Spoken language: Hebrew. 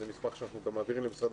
זה מסמך שאנחנו גם מעבירים אותו למשרד